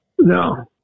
No